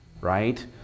right